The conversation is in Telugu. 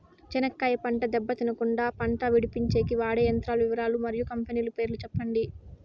చెనక్కాయ పంట దెబ్బ తినకుండా కుండా పంట విడిపించేకి వాడే యంత్రాల వివరాలు మరియు కంపెనీల పేర్లు చెప్పండి?